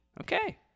Okay